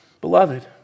Beloved